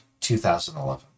2011